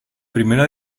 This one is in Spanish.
primera